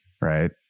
right